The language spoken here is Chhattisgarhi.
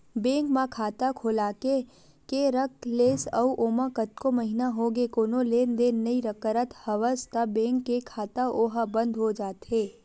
बेंक म खाता खोलाके के रख लेस अउ ओमा कतको महिना होगे कोनो लेन देन नइ करत हवस त बेंक के खाता ओहा बंद हो जाथे